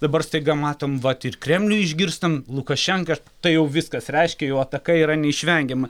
dabar staiga matom vat ir kremliuj išgirstam lukašenką tai jau viskas reiškia jau ataka yra neišvengiama